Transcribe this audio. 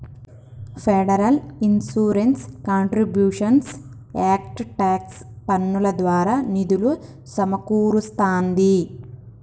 federal insurance contributions act tax పన్నుల ద్వారా నిధులు సమకూరుస్తాంది